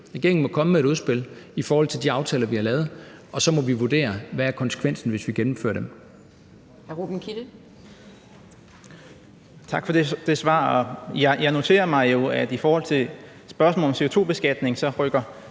regeringen må komme med et udspil i forhold til de aftaler, vi har lavet, og så må vi vurdere, hvad konsekvensen er, hvis vi gennemfører det.